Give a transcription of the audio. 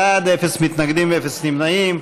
41 בעד, אפס מתנגדים ואפס נמנעים.